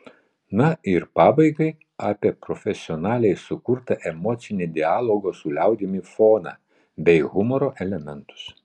na ir pabaigai apie profesionaliai sukurtą emocinį dialogo su liaudimi foną bei humoro elementus